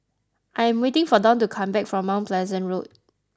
I am waiting for Don to come back from Mount Pleasant Road